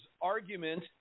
argument